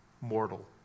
mortal